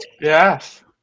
Yes